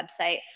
website